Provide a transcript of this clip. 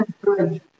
Good